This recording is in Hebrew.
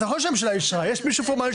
אז זה נכון שהממשלה אישרה, יש מישהו שמאשר.